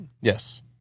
Yes